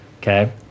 Okay